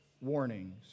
warnings